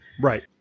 Right